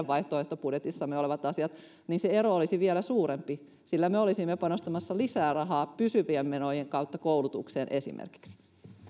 vaihtoehtobudjetissamme olevat asiat niin se ero olisi vielä suurempi sillä me olisimme panostamassa lisää rahaa pysyvien menojen kautta esimerkiksi